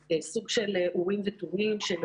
המפעלים המוגנים צודקת נציגת אקי"ם שדיברה פה על קיזוז ההורדות